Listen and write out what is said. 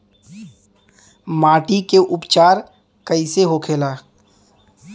माटी के उपचार कैसे होखे ला?